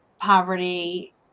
poverty